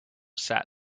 sat